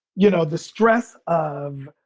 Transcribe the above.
you know, the stress of